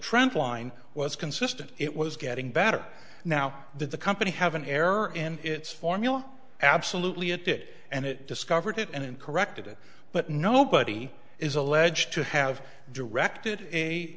trend line was consistent it was getting better now that the company have an error in its formula absolutely it did and it discovered it and corrected it but nobody is alleged to have directed a